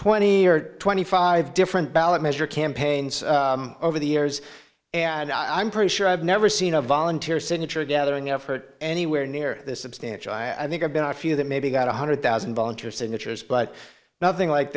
twenty or twenty five different ballot measure campaigns over the years and i'm pretty sure i've never seen a volunteer signature gathering effort anywhere near this substantial i think i've been a few that maybe got one hundred thousand volunteer signatures but nothing like